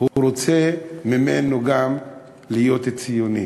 הוא רוצה גם שיהיה ציוני.